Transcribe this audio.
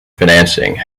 financing